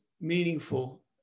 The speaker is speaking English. meaningful